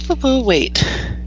wait